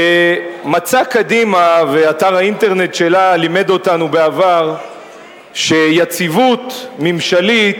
מצע קדימה ואתר האינטרנט שלה לימדו אותנו בעבר שיציבות ממשלית